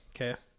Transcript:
Okay